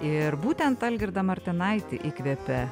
ir būtent algirdą martinaitį įkvepia